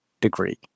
degree